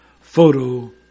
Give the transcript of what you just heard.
photo